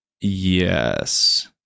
yes